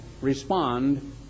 respond